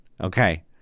Okay